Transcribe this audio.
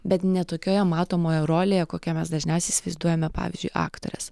bet ne tokioje matomoje rolėje kokią mes dažniausiai įsivaizduojame pavyzdžiui aktorės